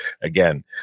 again